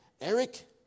Eric